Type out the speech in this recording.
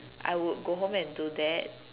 I would go home and do that